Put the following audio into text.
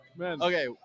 Okay